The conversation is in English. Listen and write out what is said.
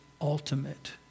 ultimate